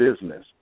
business